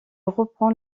reprend